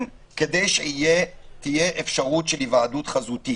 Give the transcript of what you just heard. כדי שתהיה אפשרות של היוועדות חזותית.